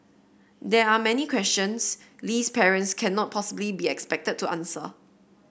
there are many questions Lee's parents cannot possibly be expected to answer